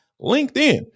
LinkedIn